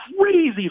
crazy